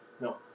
no